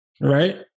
right